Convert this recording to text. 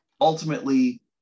ultimately